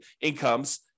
incomes